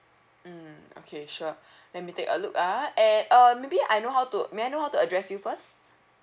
mm okay sure let me take a look ah and uh maybe I know how to may I know how to address you first